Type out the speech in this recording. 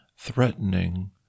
threatening